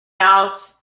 mouth